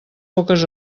poques